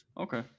Okay